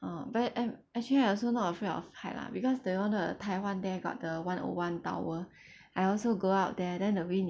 orh but I'm actually I also not afraid of height lah because that [one] the taiwan there got the one O one tower I also go up there then the wind